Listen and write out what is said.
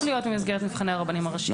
להיות במסגרת מבחני הרבנים הראשיים.